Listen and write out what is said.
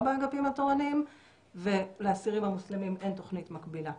באגפים התורניים ולאסירים המוסלמים אין תוכנית מקבילה.